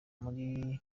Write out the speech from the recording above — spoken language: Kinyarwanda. muri